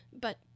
But